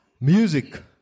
Music